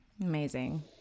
Amazing